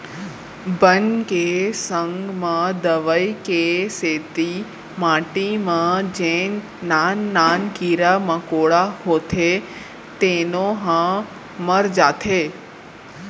बन के संग म दवई के सेती माटी म जेन नान नान कीरा मकोड़ा होथे तेनो ह मर जाथें